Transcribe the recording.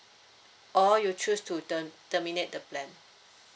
or you choose to ter~ terminate the plan